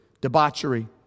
debauchery